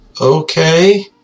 okay